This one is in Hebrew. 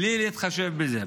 בלי להתחשב בזה.